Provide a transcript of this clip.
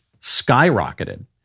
skyrocketed